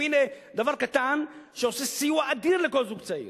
הנה דבר קטן שעושה סיוע אדיר לכל זוג צעיר.